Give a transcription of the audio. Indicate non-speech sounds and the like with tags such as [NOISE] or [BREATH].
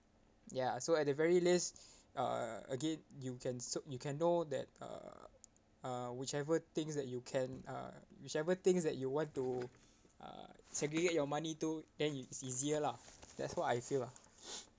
ya so at the very least [BREATH] uh again you can so you can know that uh uh whichever things that you can uh whichever things that you want to uh segregate your money to then it's easier lah that's what I feel lah [NOISE]